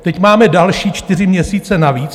Teď máme další čtyři měsíce navíc.